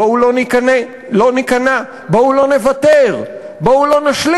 בואו לא ניכנע, בואו לא נוותר, בואו לא נשלים,